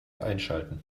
einschalten